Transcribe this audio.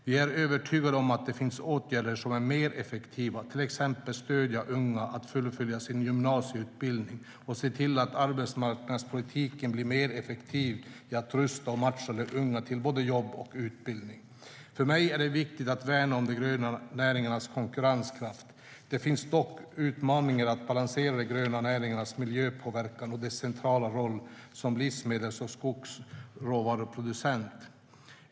Vi är övertygade om att det finns åtgärder som är mer effektiva, till exempel att stödja unga att fullfölja sin gymnasieutbildning och se till att arbetsmarknadspolitiken blir mer effektiv när det gäller att rusta och matcha de unga till både jobb och utbildning. För mig är det viktigt att värna om de gröna näringarnas konkurrenskraft. Det finns dock utmaningar i att balansera de gröna näringarnas miljöpåverkan och deras centrala roll som livsmedels och skogsråvaruproducenter.